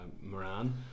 Moran